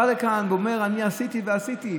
בא לכאן ואומר: אני עשיתי ועשיתי,